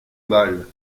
bal